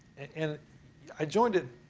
and i joined it